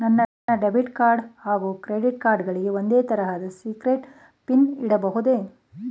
ನನ್ನ ಡೆಬಿಟ್ ಹಾಗೂ credit card ಗಳಿಗೆ ಒಂದೇ ತರಹದ ಸೀಕ್ರೇಟ್ ಪಿನ್ ಇಡಬಹುದೇ?